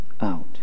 out